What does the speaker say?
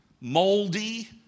moldy